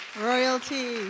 royalty